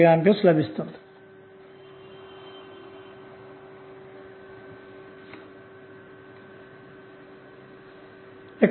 5A లభిస్తుంది అన్న మాట